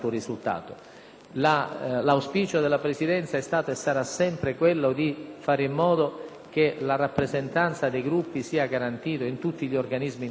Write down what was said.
l'impegno della Presidenza è stato, e sarà sempre, quello di fare in modo che la rappresentanza dei Gruppi sia garantita in tutti gli organismi interni al Parlamento.